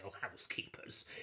housekeepers